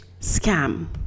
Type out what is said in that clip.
scam